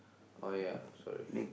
oh ya sorry